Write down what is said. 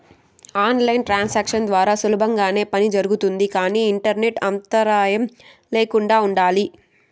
on line transactions ద్వారా సులభంగానే పని జరుగుతుంది కానీ ఇంటర్నెట్ అంతరాయం ల్యాకుండా ఉండాలి